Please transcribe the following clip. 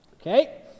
okay